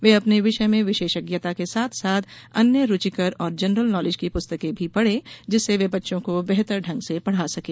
वे अपने विषय में विशेषज्ञता के साथ साथ अन्य रूचिकर और जनरल नॉलेज की पुस्तकें भी पढ़ें जिससे वे बच्चों को बेहतर ढंग से पढ़ा सकें